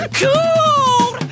cool